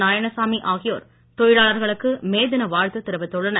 நாராயணசாமி ஆகியோர் தொழிலாளர்களுக்கு மே தின வாழ்த்து தெரிவித்துள்ளனர்